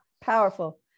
Powerful